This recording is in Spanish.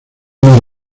mis